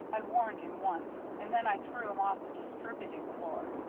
i warned him once, and then i threw him off the distributing floor.